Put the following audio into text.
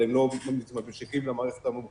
אבל הם לא מתממשקים עם המערכת הממוחשבת.